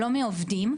לא מעובדים,